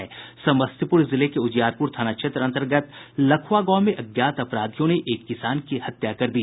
समस्तीपुर जिले के उजियारपुर थाना क्षेत्र अंतर्गत लखुआ गांव में अज्ञात अपराधियों ने एक किसान की हत्या कर दी